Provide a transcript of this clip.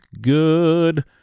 good